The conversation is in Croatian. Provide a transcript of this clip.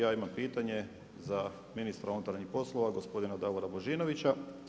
Ja imam pitanje za ministra unutarnjih poslova gospodina Davora Božinovića.